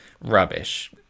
rubbish